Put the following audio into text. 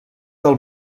del